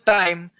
time